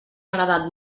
agradat